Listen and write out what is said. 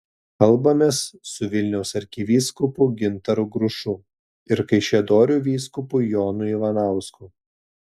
kalbamės su vilniaus arkivyskupu gintaru grušu ir kaišiadorių vyskupu jonu ivanausku